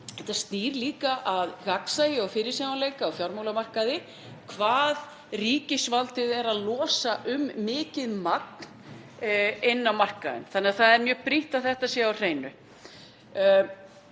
að það snýr líka að gagnsæi og fyrirsjáanleika á fjármálamarkaði hvað ríkisvaldið er að losa um mikið magn inn á markaðinn. Það er því mjög brýnt að þetta sé á hreinu.